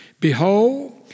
behold